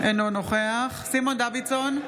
אינו נוכח סימון דוידסון,